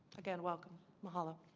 again welcome mahalo